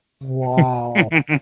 Wow